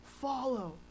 follow